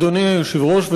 אדוני היושב-ראש,